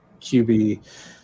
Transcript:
QB –